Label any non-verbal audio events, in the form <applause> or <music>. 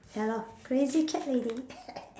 ya lah crazy cat lady <coughs>